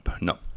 no